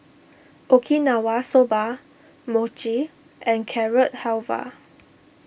Okinawa Soba Mochi and Carrot Halwa